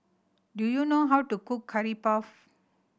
do you know how to cook Curry Puff